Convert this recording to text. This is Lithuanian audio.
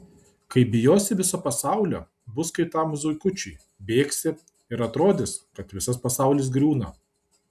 kai bijosi viso pasaulio bus kaip tam zuikučiui bėgsi ir atrodys kad visas pasaulis griūna